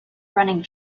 running